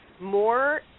more